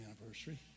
anniversary